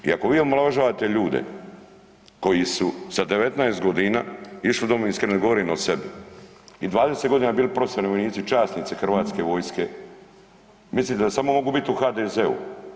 I ako vi omalovažavate ljude koji su sa 19 godina išli u Domovinski rat, ne govorim o sebi i 20 godina bili profesionalni vojnici, časnici Hrvatske vojske, mislite da samo mogu biti u HDZ-u.